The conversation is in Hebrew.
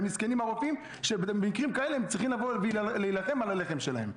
מסכנים הרופאים שבמקרים כאלה הם צריכים להילחם על הלחם שלהם.